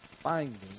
Finding